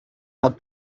hat